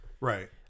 Right